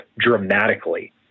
dramatically